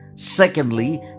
Secondly